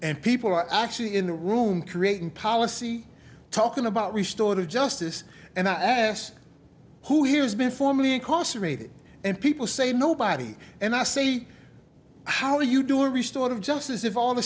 and people are actually in the room creating policy talking about restored of justice and i ask who has been formerly incarcerated and people say nobody and i see how do you do a restart of justice if all the